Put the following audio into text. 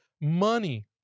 money